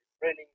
training